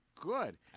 good